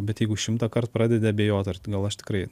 bet jeigu šimtąkart pradedi abejot ar gal aš tikrai